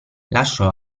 lasciò